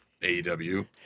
AEW